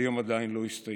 והיום עדיין לא הסתיים.